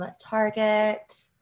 target